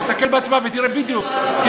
תסתכל בהצבעה ותראה בדיוק.